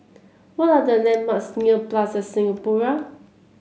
what are the landmarks near Plaza Singapura